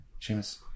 Seamus